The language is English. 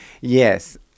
Yes